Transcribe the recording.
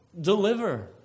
deliver